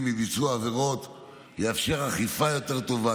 מביצוע עבירות ויאפשר אכיפה יותר טובה,